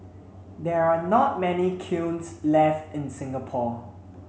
there are not many kilns left in Singapore